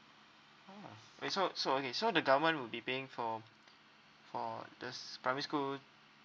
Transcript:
oh okay so so okay so the government will be paying for for this primary school